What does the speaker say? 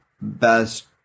best